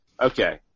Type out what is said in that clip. Okay